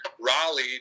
Raleigh